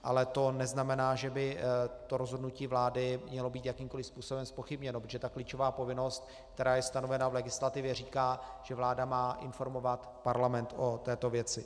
Ale to neznamená, že by rozhodnutí vlády mělo být jakýmkoli způsobem zpochybněno, protože ta klíčová povinnost, která je stanovená v legislativě, říká, že vláda má informovat Parlament o této věci.